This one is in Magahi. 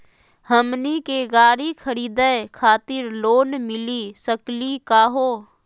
हमनी के गाड़ी खरीदै खातिर लोन मिली सकली का हो?